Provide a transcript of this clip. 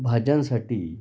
भाज्यांसाठी